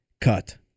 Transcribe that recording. cut